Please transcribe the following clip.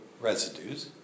residues